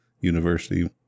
university